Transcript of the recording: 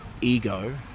ego